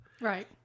Right